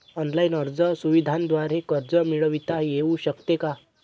Online अर्ज सुविधांद्वारे कर्ज मिळविता येऊ शकते का?